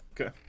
Okay